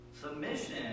Submission